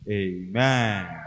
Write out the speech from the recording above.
amen